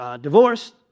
divorced